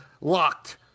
Locked